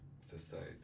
society